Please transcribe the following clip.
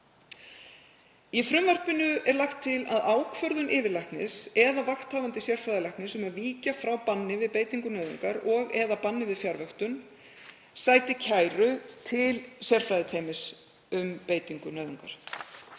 Í frumvarpinu er lagt til að ákvörðun yfirlæknis eða vakthafandi sérfræðilæknis um að víkja frá banni við beitingu nauðungar og/eða banni við fjarvöktun sæti kæru til sérfræðiteymis um beitingu nauðungar.